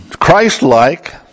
Christ-like